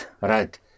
Right